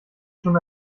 schon